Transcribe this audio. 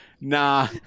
nah